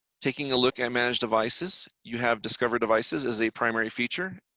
taking a look at manage devices, you have discovered devices as a primary feature.